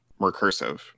recursive